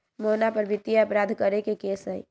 मोहना पर वित्तीय अपराध करे के केस हई